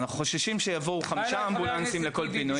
אנחנו חוששים שיבואו חמישה אמבולנסים לכל פינוי.